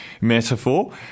metaphor